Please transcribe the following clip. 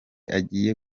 agiye